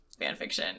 fanfiction